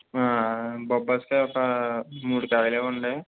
బొప్పాసు కాయొక మూడు కాయలివ్వండి